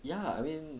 ya I mean